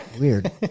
Weird